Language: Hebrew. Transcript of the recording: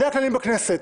אלה הכללים בכנסת,